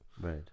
Right